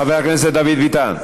חבר הכנסת דוד ביטן.